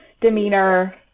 demeanor